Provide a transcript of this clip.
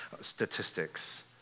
statistics